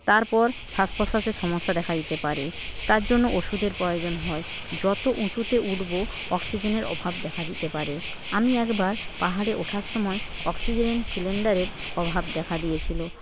তারপর শ্বাস প্রশ্বাসের সমস্যা দেখা দিতে পারে তার জন্য ওষুধের প্রয়োজন হয় যত উঁচুতে উঠব অক্সিজেনের অভাব দেখা দিতে পারে আমি একবার পাহাড়ে ওঠার সময়ে অক্সিজেন সিলিন্ডারের অভাব দেখা দিয়েছিলো